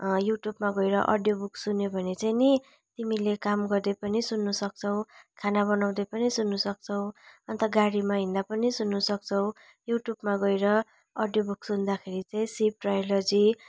युट्युबमा गएर audio book सुन्यौ भने चाहिँ नि तिमीले काम गर्दै पनि सुन्नु सक्छौ खाना बनाउदै पनि सुन्नु सक्छौ अन्त गाडीमा हिँड्दा पनि सुन्नु सक्छौ युट्युबमा गएर अडियो बुक सुन्दाखेरि चाहिँ शिव ट्रायो लोजी